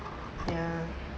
ya